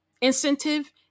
incentive